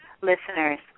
listeners